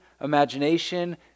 imagination